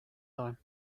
time